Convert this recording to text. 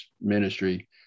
ministry